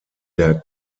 der